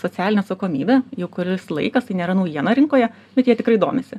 socialine atsakomybe jau kuris laikas tai nėra naujiena rinkoje bet jie tikrai domisi